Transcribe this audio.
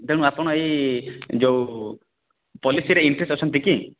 ତେଣୁ ଆପଣ ଏଇ ଯେଉଁ ପଲିସିରେ ଇଣ୍ଟ୍ରେଷ୍ଟ୍ ଅଛନ୍ତି କି